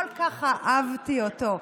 כל כך אהבתי אותו.